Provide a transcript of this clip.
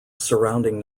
surrounding